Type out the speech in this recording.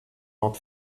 not